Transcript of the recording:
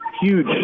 huge